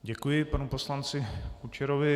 Děkuji panu poslanci Kučerovi.